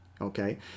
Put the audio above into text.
Okay